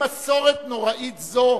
מסורת נוראית זו